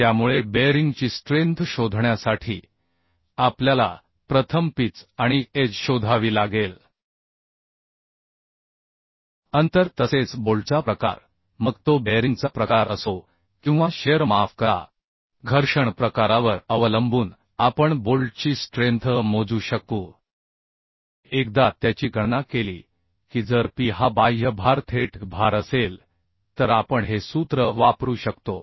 त्यामुळे बेअरिंगची स्ट्रेंथ शोधण्यासाठी आपल्याला प्रथम पिच आणि एज शोधावी लागेल अंतर तसेच बोल्टचा प्रकार मग तो बेअरिंगचा प्रकार असो किंवा शिअर माफ करा घर्षण प्रकारावर अवलंबून आपण बोल्टची स्ट्रेंथ मोजू शकू एकदा त्याची गणना केली की जर P हा बाह्य भार थेट भार असेल तर आपण हे सूत्र वापरू शकतो